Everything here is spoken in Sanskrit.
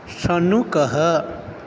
शुनकः